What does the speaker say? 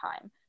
time